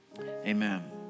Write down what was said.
Amen